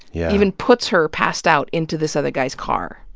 yeah even puts her passed out into this other guy's car.